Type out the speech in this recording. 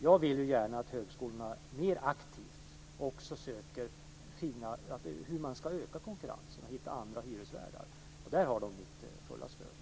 Jag vill gärna att högskolorna mer aktivt försöker att hitta vägar för hur konkurrensen ska ökas och hitta andra hyresvärdar. Där har de mitt fulla stöd.